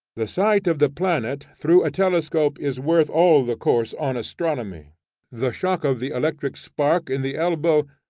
the sight of the planet through a telescope is worth all the course on astronomy the shock of the electric spark in the elbow,